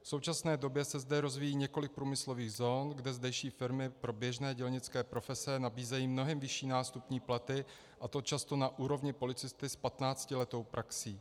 V současné době se zde rozvíjí několik průmyslových zón, kde zdejší firmy pro běžné dělnické profese nabízejí mnohem vyšší nástupní platy, a to často na úrovni policisty s patnáctiletou praxí.